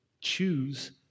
Choose